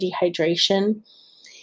dehydration